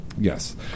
Yes